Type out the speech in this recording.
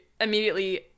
immediately